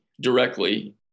directly